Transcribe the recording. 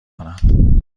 کنم